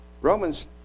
Romans